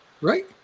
Right